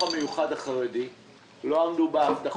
בנושא החינוך המיוחד החרדי לא עמדו בהבטחות.